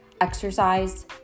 exercise